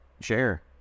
share